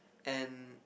and